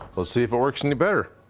we'll see if it works any better.